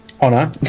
Honor